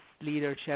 leadership